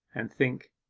and think,